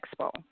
Expo